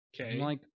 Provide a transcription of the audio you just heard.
Okay